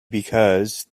because